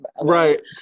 right